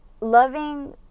loving